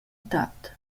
tat